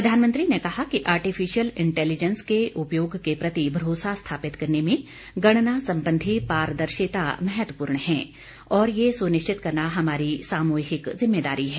प्रधानमंत्री ने कहा कि आर्टिफिशियल इंटेलिजेंस के उपयोग के प्रति भरोसा स्थापित करने में गणना संबंधी पारदर्शिता महत्वपूर्ण है और यह सुनिश्चित करना हमारी सामूहिक जिम्मेदारी है